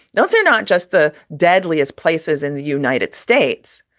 those are not just the deadliest places in the united states.